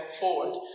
forward